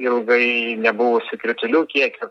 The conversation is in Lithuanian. ilgai nebuvusi kritulių kiekio